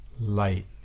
light